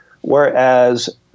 whereas